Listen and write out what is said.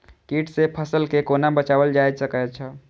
कीट से फसल के कोना बचावल जाय सकैछ?